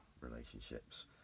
relationships